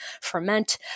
ferment